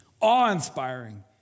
awe-inspiring